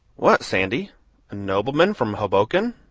what, sandy, a nobleman from hoboken?